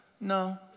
no